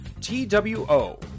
T-W-O